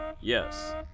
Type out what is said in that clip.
Yes